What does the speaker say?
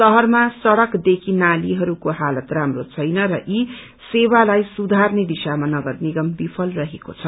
शहरमा सड़क देखि नालीहरूको हालत राम्रो छैन र यी सेवालाई सुधारने दिशामा नगर निगम बिफल रहेको छ